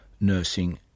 nursing